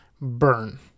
Burn